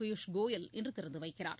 பியூஷ் கோயல் இன்று திறந்து வைக்கிறார்